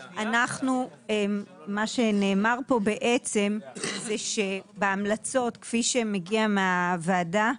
מה שנאמר פה בעצם זה שבהמלצות, כפי שמגיע מהוועדה,